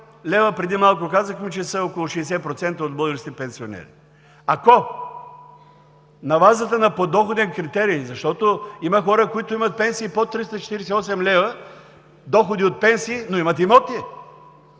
преди малко казахме, че са около 60% от българските пенсионери. Ако на базата на подоходен критерий, защото има хора, които имат пенсии под 348 лв. доходи от пенсии, но имат имоти